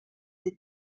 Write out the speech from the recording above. des